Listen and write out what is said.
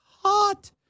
hot